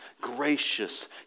gracious